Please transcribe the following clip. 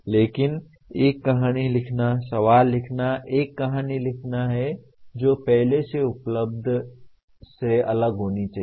लेकिन एक कहानी लिखना सवाल लिखना एक कहानी लिखना है जो पहले से उपलब्ध से अलग होना चाहिए